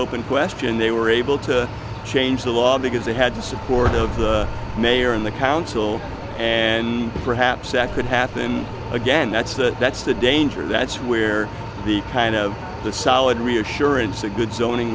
open question they were able to change the law because they had the support of the mayor and the council and perhaps that could happen again that's the that's the danger that's where the kind of the solid reassurance a good